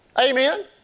Amen